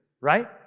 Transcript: right